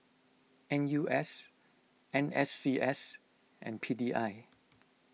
N U S N S C S and P D I